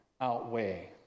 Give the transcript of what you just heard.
outweigh